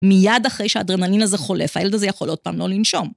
‫מיד אחרי שהאדרנלין הזה חולף, ‫הילד הזה יכול עוד פעם לא לנשום.